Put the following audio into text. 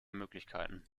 möglichkeiten